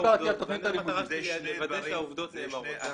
המטרה שלי, לוודא שהעובדות נאמרות.